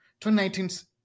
2019